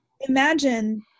Imagine